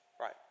Right